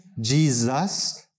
Jesus